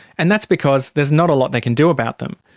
and that's because there's not a lot they can do about them.